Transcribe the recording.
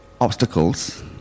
obstacles